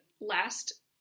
last